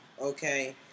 Okay